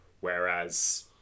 whereas